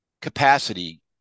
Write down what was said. capacity